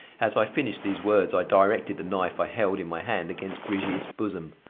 as i finished these words i directed the knife i held in my hand against brigitte's bosom.